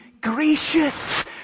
gracious